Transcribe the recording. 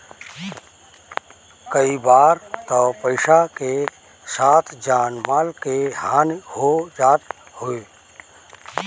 कई बार तअ पईसा के साथे जान माल के हानि हो जात हवे